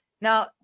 Now